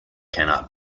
cannot